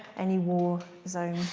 any war zone.